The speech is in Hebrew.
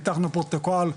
פיתחנו פרוטוקול,